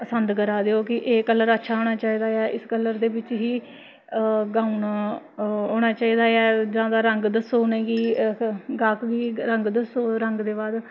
पसंद करा दे ओ एह् कलर अच्छा होना चाहिदा ऐ इस कलर दे बिच्च ही गाउन होना चाहिदा ऐ जां ते रंग दस्सो उ'नेंगी गाह्क गी रंग दस्सो रंग दे बाद